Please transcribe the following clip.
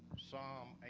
psalm